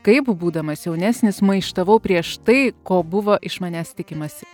kaip būdamas jaunesnis maištavau prieš tai ko buvo iš manęs tikimasi